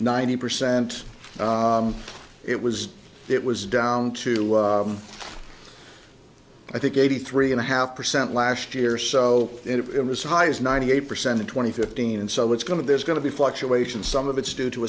ninety percent it was it was down to i think eighty three and a half percent last year so it was high as ninety eight percent in twenty fifteen and so it's going to there's going to be fluctuations some of it's due to